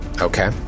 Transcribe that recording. Okay